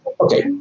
Okay